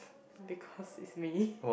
because it's me